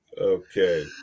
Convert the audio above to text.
Okay